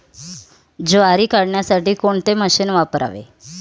ज्वारी काढण्यासाठी कोणते मशीन वापरावे?